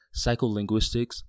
psycholinguistics